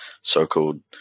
so-called